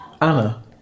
Anna